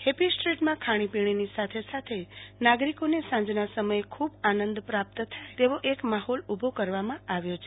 happy સ્ટ્રીટમાં ખાણી પાણીની સાથે નાગરિકોને સાંજના સમયે ખુબ આનંદ પ્રાપ્ત થાય તેવો એક માહોલ પણ ઉભો કરવામાં આવ્યો છે